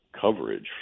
coverage